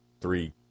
three